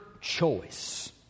choice